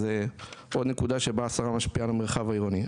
אז עוד נקודה שבה השרה משפיעה על המרחב העירוני.